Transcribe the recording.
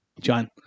John